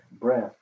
breath